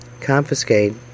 confiscate